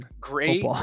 great